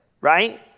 Right